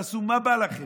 תעשו מה שבא לכם,